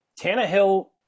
Tannehill